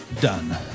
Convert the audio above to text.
Done